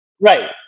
right